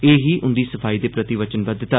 एह् ही उंदी सफाई दे प्रति वचनबद्वता